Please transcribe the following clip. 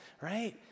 right